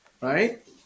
Right